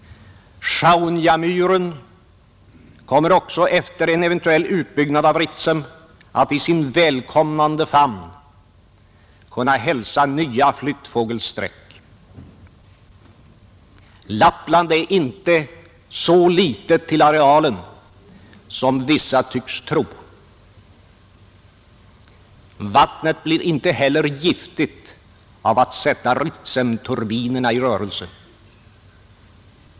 Sjaunjamyren kommer också efter en eventuell utbyggnad av Ritsem att i sin välkomnande famn kunna hälsa nya flyttfågelsträck. Lappland är inte så litet till arealen som vissa tycks tro. Vattnet blir inte heller giftigt av att sätta Ritsemturbinerna i rörelse.